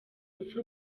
rupfu